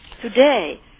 Today